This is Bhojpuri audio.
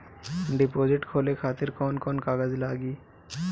डिपोजिट खोले खातिर कौन कौन कागज लागी?